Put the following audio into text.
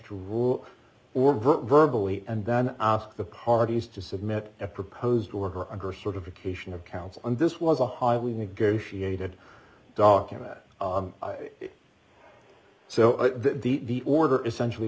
to rule or verbal and then ask the parties to submit a proposed to her under certification of counsel and this was a highly negotiated document so that the order essentially